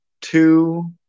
two